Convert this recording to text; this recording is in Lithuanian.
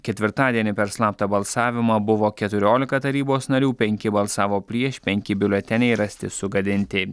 ketvirtadienį per slaptą balsavimą buvo keturiolika tarybos narių penki balsavo prieš penki biuleteniai rasti sugadinti